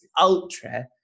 ultra